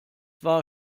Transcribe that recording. war